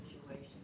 situation